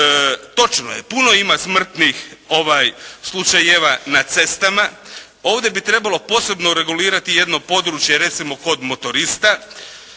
Točno je, puno ima smrtnih slučajeva na cestama, ovdje bi trebalo posebno regulirati jedno područje, recimo kod motorista.